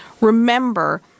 Remember